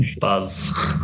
Buzz